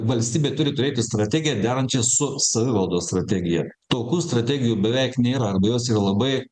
valstybė turi turėti strategiją derančią su savivaldos strategija tokių strategijų beveik nėra arba jos yra labai